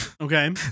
Okay